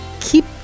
keep